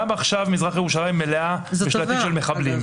גם עכשיו מזרח ירושלים מלאה בשלטים של מחבלים.